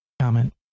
comment